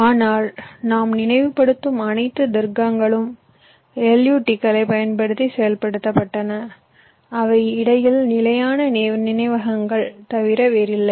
ஆனால் நாம் நினைவுபடுத்தும் அனைத்து தர்க்கங்களும் LUT களைப் பயன்படுத்தி செயல்படுத்தப்பட்டன அவை இடையில் நிலையான நினைவகங்கள் தவிர வேறில்லை